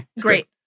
great